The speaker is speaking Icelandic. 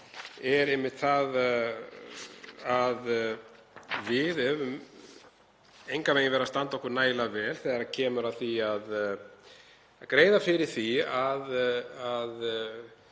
er einmitt það að við höfum engan veginn verið að standa okkur nægilega vel þegar kemur að því að greiða fyrir því að